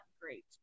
great